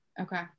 Okay